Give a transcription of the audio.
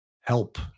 help